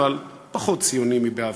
אבל פחות ציוני מבעבר.